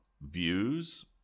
views